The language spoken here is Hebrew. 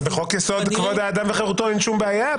אבל בחוק יסוד: כבוד האדם וחירותו אין שום בעיה.